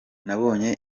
nabonye